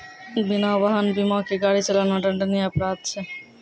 बिना वाहन बीमा के गाड़ी चलाना दंडनीय अपराध छै